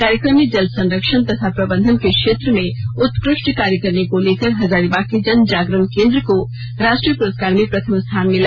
कार्यक्रम में जल संरक्षण तथा प्रबंधन के क्षेत्र में उत्कृष्ट कार्य करने को लेकर हजारीबाग के जन जागरण केन्द्र को राष्ट्रीय पुरस्कार में प्रथम स्थान मिला